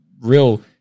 real